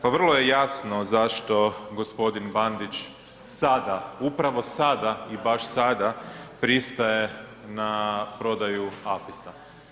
Pa vrlo je jasno zašto g. Bandić sada, upravo sada i baš sada pristaje na prodaju APIS-a.